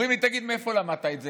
אומרים לי: תגיד, מאיפה למדת את זה?